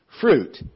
fruit